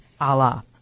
Allah